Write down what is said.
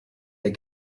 they